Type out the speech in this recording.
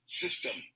system